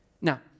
Now